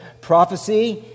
prophecy